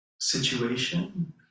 situation